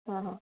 हां हां